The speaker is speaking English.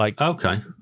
Okay